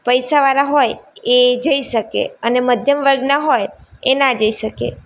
પૈસાવાળા હોય એ જઈ શકે અને મધ્યમ વર્ગના હોય એ ના જઈ શકે